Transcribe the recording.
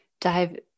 dive